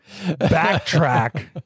backtrack